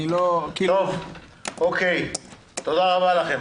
תודה רבה לכם.